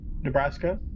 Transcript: Nebraska